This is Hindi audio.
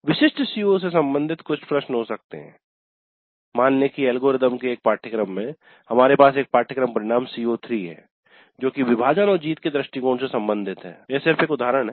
विशिष्ट सीओ से संबंधित कुछ प्रश्न हो सकते हैं मान लें कि एल्गोरिदम के एक पाठ्यक्रम में हमारे पास एक पाठ्यक्रम परिणाम "CO3" है जो कि विभाजन और जीत के दृष्टिकोण से संबंधित है यह सिर्फ एक उदाहरण है